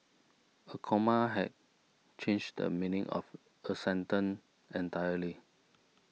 a comma had change the meaning of a sentence entirely